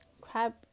Crab